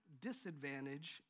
disadvantage